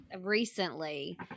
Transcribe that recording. recently